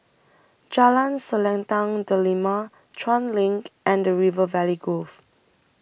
Jalan Selendang Delima Chuan LINK and River Valley Grove